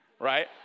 right